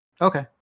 okay